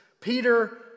Peter